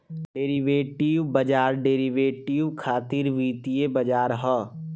derivative बाजार derivative खातिर वित्तीय बाजार ह